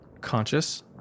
conscious